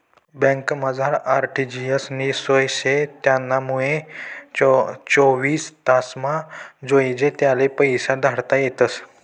बँकमझार आर.टी.जी.एस नी सोय शे त्यानामुये चोवीस तासमा जोइजे त्याले पैसा धाडता येतस